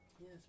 Yes